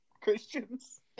Christians